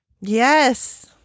Yes